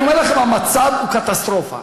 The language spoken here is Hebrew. אני אומר לכם, המצב הוא קטסטרופה.